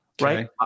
Right